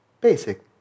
basic